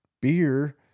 beer